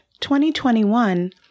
2021